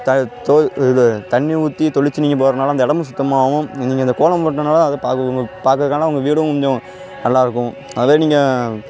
தலை தோது இது தண்ணி ஊற்றி தொளிச்சு நீங்கள் போடுறதுனால அந்த இடமும் சுத்தமாகவும் நீங்கள் அந்த கோலம் போட்டனால அது பா உங்களுக்கு பார்க்கறக்கான உங்கள் வீடும் கொஞ்சம் நல்லா இருக்கும் அதுல நீங்கள்